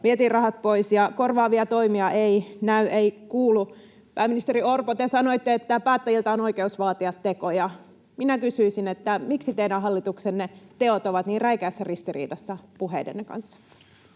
vietiin rahat pois, ja korvaavia toimia ei näy, ei kuulu. Pääministeri Orpo, te sanoitte, että päättäjiltä on oikeus vaatia tekoja. Minä kysyisin, miksi teidän hallituksenne teot ovat niin räikeässä ristiriidassa puheidenne kanssa.